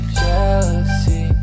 jealousy